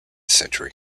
century